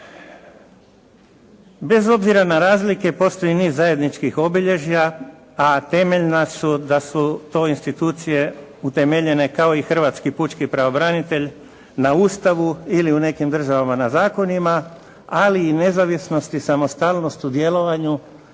Bez obzira na razlike, postoji niz zajedničkih obilježja, a temeljna su da su to institucije utemeljene kao i hrvatski pučki pravobranitelj na Ustavu ili u nekim državama na zakonima, ali i nezavisnost i samostalnost u djelovanju